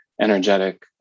energetic